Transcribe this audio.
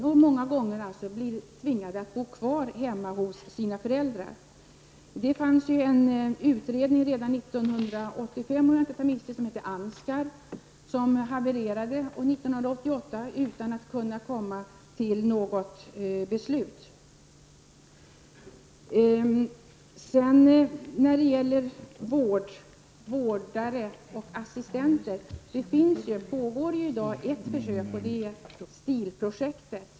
De blir många gånger tvingade att bo kvar hemma hos sina föräldrar. Det fanns redan år 1985 en utredning som hette Ansgar, om jag inte tar miste, som havererade år 1988 utan att komma fram till något beslut. När det sedan gäller frågan om vårdare och assistenter pågår i dag ett försök, Stil-projektet.